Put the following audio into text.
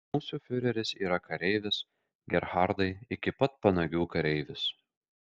mūsų fiureris yra kareivis gerhardai iki pat panagių kareivis